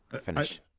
finish